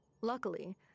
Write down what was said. Luckily